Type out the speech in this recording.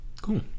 Cool